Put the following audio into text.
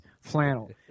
flannel